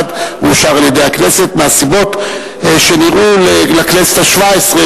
ואושר על-ידי הכנסת מהסיבות שנראו לכנסת השבע-עשרה,